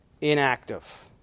inactive